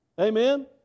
Amen